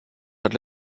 hat